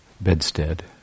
bedstead